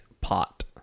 pot